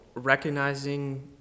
recognizing